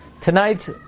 Tonight